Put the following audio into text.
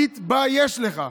תתבייש לך.